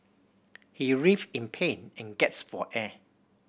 he writhed in pain and gasped for air